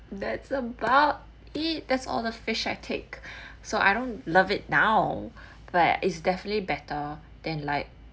that's about it that's all the fish I take so I don't love it now but is definitely better than like